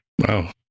Wow